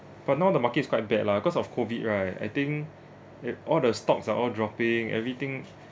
but now the market is quite bad lah cause of COVID right I think it all the stocks are all dropping everything